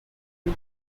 win